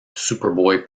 superboy